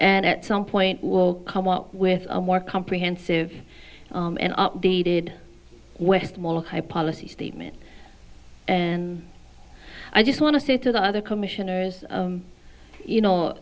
and at some point will come up with a more comprehensive and updated with more high policy statement and i just want to say to the other commissioners you know